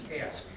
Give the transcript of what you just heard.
ask